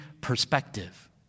perspective